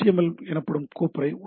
L எனப்படும் கோப்புறை உள்ளது